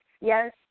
Yes